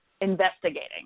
investigating